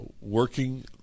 working